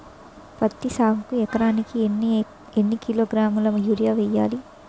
పత్తి సాగుకు ఎకరానికి ఎన్నికిలోగ్రాములా యూరియా వెయ్యాలి?